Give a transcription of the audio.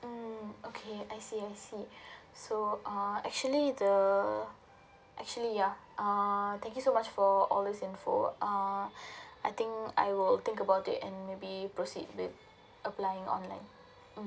mm okay I see I see so um actually the actually yeah uh thank you so much for all this info uh I think I will think about it and maybe proceed with applying online mm